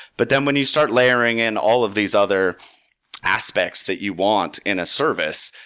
but then, when you start layering in all of these other aspects that you want in a service,